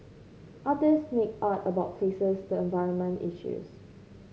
artists make art about places the environment issues